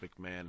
McMahon